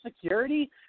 Security